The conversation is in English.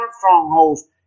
strongholds